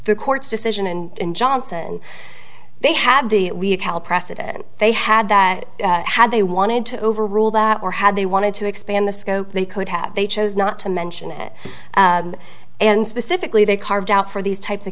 the court's decision and johnson they had the precedent they had that had they wanted to overrule that or had they wanted to expand the scope they could have they chose not to mention it and specifically they carved out for these types of